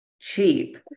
cheap